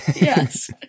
Yes